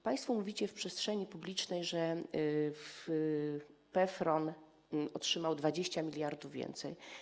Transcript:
Państwo mówicie w przestrzeni publicznej, że PFRON otrzymał 20 mld więcej.